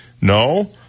No